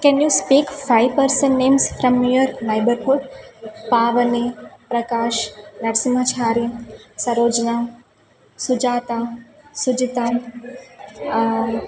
can you speak five person names from your neighbourhood Pavani Prakash Narasimha Chari Sarojana Sujatha Sujitha